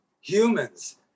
humans